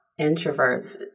introverts